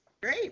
Great